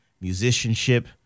musicianship